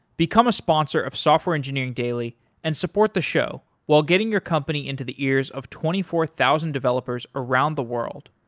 become a sponsor of software engineering daily and support the show while getting your company into the ears of twenty four thousand developers around the world.